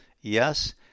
Yes